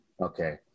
okay